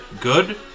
good